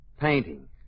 Painting